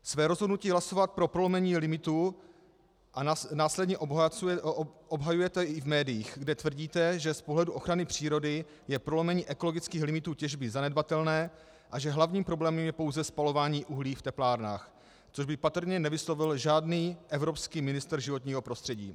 Své rozhodnutí hlasovat pro prolomení limitů následně obhajujete i v médiích, kde tvrdíte, že z pohledu ochrany přírody je prolomení ekologických limitů těžby zanedbatelné a že hlavním problémem je pouze spalování uhlí v teplárnách, což by patrně nevyslovil žádný evropský ministr životního prostředí.